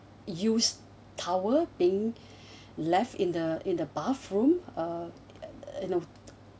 used towel being left in the in the bathroom uh you know